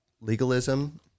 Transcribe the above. legalism